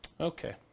Okay